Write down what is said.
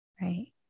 Right